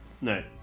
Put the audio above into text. no